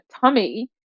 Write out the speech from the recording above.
tummy